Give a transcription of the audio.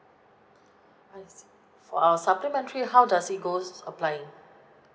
I see for uh supplementary how does it goes applying